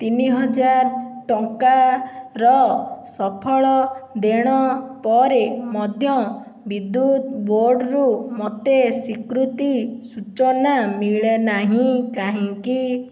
ତିନି ହଜାର ଟଙ୍କାର ସଫଳ ଦେଣ ପରେ ମଧ୍ୟ ବିଦ୍ୟୁତ ବୋର୍ଡ଼ରୁ ମୋତେ ସ୍ୱୀକୃତି ସୂଚନା ମିଳେନାହିଁ କାହିଁକି